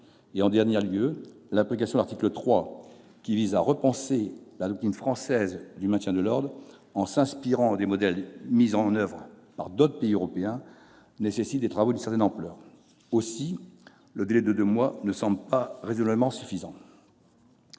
En dernier lieu, l'application de l'article 3, qui vise à repenser la doctrine française du maintien de l'ordre en s'inspirant des modèles mis en oeuvre par d'autres pays européens nécessite des travaux d'une certaine ampleur. Aussi, le délai de deux mois ne semble pas raisonnablement suffisant.